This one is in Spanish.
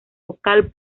vocal